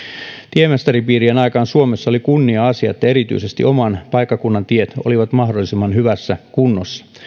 tiemestaripiirien aikaan suomessa oli kunnia asia että erityisesti oman paikkakunnan tiet olivat mahdollisimman hyvässä kunnossa